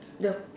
the